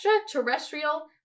extraterrestrial